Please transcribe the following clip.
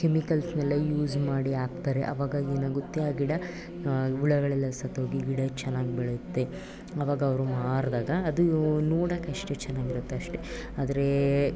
ಕೆಮಿಕಲ್ಸ್ನ್ನೆಲ್ಲ use ಮಾಡಿ ಹಾಕ್ತಾರೆ ಆವಾಗ ಏನಾಗುತ್ತೆ ಆ ಗಿಡ ಹುಳುಗಳೆಲ್ಲ ಸತ್ತೋಗಿ ಗಿಡ ಚೆನ್ನಾಗಿ ಬೆಳೆಯುತ್ತೆ ಆವಾಗ ಅವರು ಮಾರಿದಾಗ ಅದು ನೋಡೋಕ್ಕಷ್ಟೇ ಚೆನ್ನಾಗಿರುತ್ತೆ ಅಷ್ಟೇ ಆದರೆ